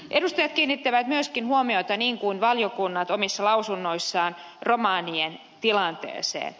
edustajat kiinnittivät myöskin huomiota niin kun valiokunnat omissa lausunnoissaan romanien tilanteeseen